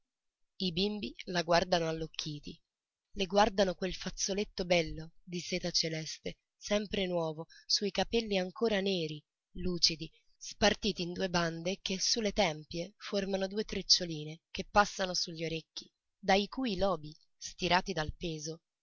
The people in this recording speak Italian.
i bimbi la guardano allocchiti le guardano quel fazzoletto bello di seta celeste sempre nuovo su i capelli ancora neri lucidi spartiti in due bande che su le tempie formano due treccioline che passano su gli orecchi dai cui lobi stirati dal peso